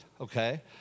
okay